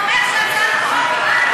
מה קרה פה?